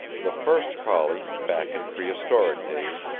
the first collie, back in prehistoric days,